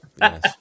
yes